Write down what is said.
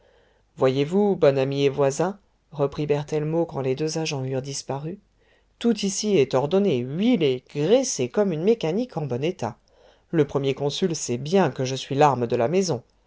voyez-vous bon ami et voisin reprit berthellemot quand les deux agents eurent disparu tout ici est ordonné huilé graissé comme une mécanique en bon état le premier consul sait bien que je suis l'âme de la maison